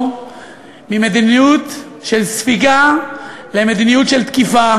ממדיניות של ספיגה למדיניות של תקיפה.